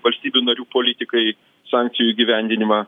valstybių narių politikai sankcijų įgyvendinimą